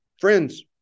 friends